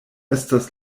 estas